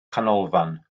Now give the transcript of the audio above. canolfan